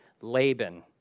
Laban